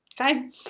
Okay